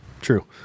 True